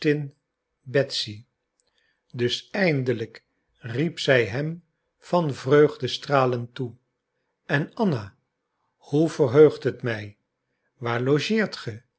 dus eindelijk riep zij hem van vreugde stralend toe en anna hoe verheugt het mij waar logeert ge